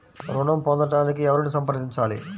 ఋణం పొందటానికి ఎవరిని సంప్రదించాలి?